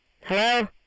Hello